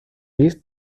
list